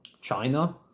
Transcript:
china